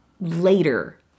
later